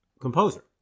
composer